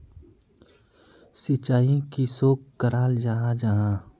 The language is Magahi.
सिंचाई किसोक कराल जाहा जाहा?